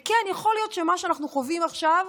וכן, יכול להיות שמה שאנחנו חווים עכשיו,